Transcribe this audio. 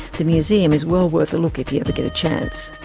the museum is well worth a look if you ever get a chance.